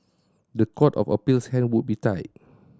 the Court of Appeal's hands would be tied